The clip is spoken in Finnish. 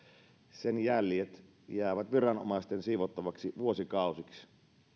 sen jäljet jäävät viranomaisten siivottavaksi vuosikausiksi